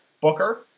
Booker